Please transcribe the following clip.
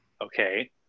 Okay